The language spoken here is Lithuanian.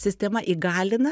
sistema įgalina